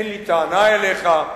אין לי טענה אליך,